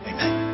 Amen